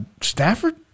Stafford